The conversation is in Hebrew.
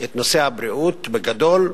את נושא הבריאות, בגדול,